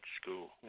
school